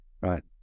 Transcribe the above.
right